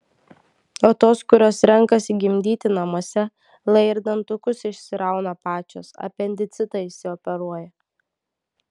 o tos kurios renkasi gimdyti namuose lai ir dantukus išsirauna pačios apendicitą išsioperuoja